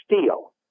steel